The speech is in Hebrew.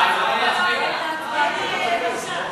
וכל אנשי המקצוע יהיו אצלך.